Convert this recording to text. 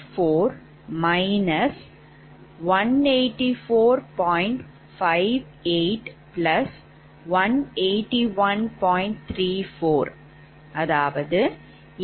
414MW ஆகும்